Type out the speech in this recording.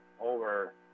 over